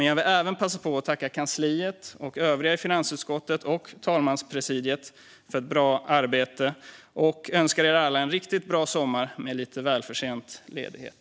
Jag vill även passa på att tacka kansliet och övriga i finansutskottet och talmanspresidiet för ett bra arbete och önska er alla en riktigt bra sommar med lite välförtjänt ledighet.